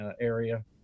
area